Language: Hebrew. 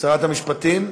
שרת המשפטים?